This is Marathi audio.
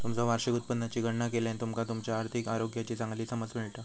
तुमचा वार्षिक उत्पन्नाची गणना केल्यान तुमका तुमच्यो आर्थिक आरोग्याची चांगली समज मिळता